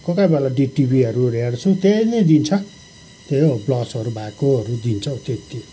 कोही कोही बेला डिटिभीहरू हेर्छु त्यसैले जित्छ त्यही हो ब्लास्टहरू भएकोहरू दिन्छ हौ त्यत्ति